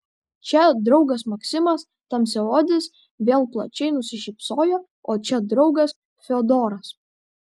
čia draugas maksimas tamsiaodis vėl plačiai nusišypsojo o čia draugas fiodoras